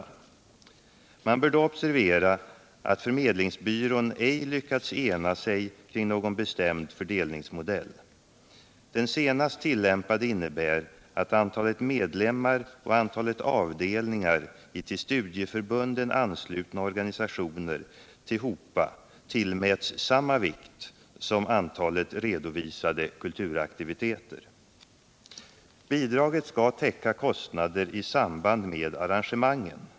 Man bör då observera att förmedlingsbyrån ej lyckats ena sig kring någon bestämd fördelningsmodell. Den senast tillämpade modellen innebär att antalet medlemmar och antalet avdelningar i till studieförbunden anslutna organisationer tillhopa tillmäts samma vikt som antalet redovisade kulturaktiviteter. Bidraget skall täcka kostnader i samband med arrangemangen.